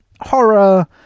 horror